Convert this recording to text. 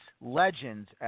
Legends